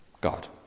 God